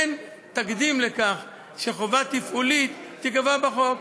אין תקדים לכך שחובה תפעולית תיקבע בחוק.